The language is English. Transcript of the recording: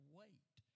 wait